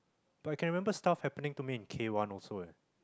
but I can remember stuff happening to me at K one also ah